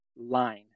line